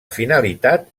finalitat